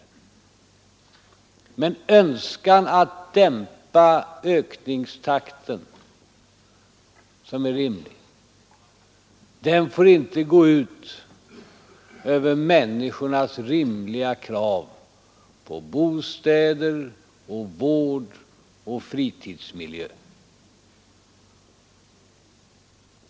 En rimlig önskan att dämpa ökningstakten får ändå inte gå ut över människornas naturliga krav på bostäder, vård och fritidsmiljö.